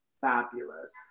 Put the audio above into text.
fabulous